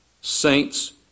saints